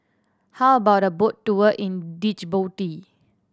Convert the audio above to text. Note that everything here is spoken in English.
how about a boat tour in Djibouti